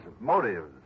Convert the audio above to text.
Motives